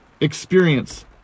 experience